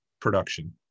production